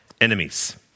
enemies